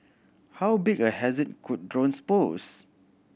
how big a hazard could drones pose